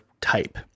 type